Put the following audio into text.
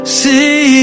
see